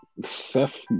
Seth